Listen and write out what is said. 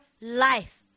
life